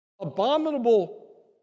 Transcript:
abominable